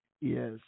Yes